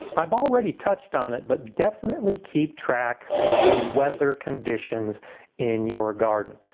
i've already touched on it, but definitely keep track of the weather conditions in your garden.